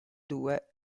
due